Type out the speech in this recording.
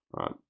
right